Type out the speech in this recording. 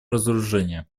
разоружения